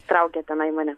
traukia tenai mane